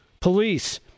police